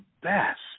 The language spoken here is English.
best